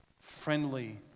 friendly